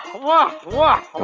want want